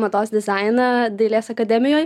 mados dizainą dailės akademijoj